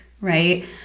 right